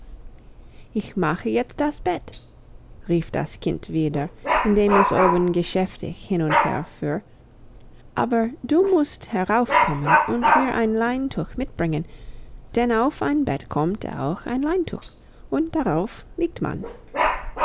ich mache jetzt das bett rief das kind wieder indem es oben geschäftig hin und her fuhr aber du musst heraufkommen und mir ein leintuch mitbringen denn auf ein bett kommt auch ein leintuch und darauf liegt man